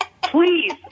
please